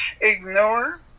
ignore